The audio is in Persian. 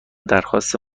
درخواست